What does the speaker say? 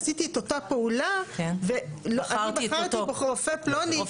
עשיתי את אותה פעולה ואני בחרתי ברופא פלוני,